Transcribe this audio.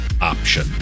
option